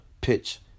pitch